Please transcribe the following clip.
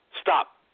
stop